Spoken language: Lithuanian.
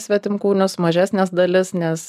svetimkūnius mažesnes dalis nes